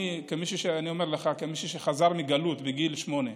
אני אומר לך כמישהו שחזר מגלות בגיל שמונה: